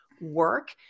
work